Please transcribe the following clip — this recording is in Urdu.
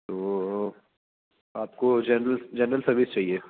تو آپ کو جنرل جنرل سروس چاہیے